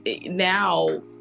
now